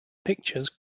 pictures